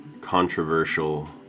controversial